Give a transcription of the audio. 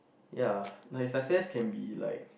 ya my success can be like